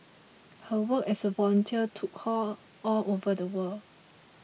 her work as a volunteer took her all over the world